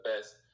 best